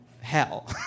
hell